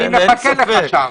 אני מחכה לך שם.